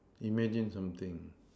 imagine something